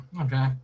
okay